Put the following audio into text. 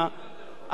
זה לא יפתור את הבעיה.